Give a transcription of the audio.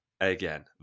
again